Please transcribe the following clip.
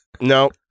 No